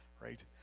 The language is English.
right